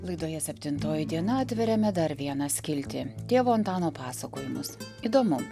laidoje septintoji diena atveriame dar vieną skiltį tėvo antano pasakojimus įdomu